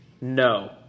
No